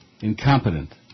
incompetent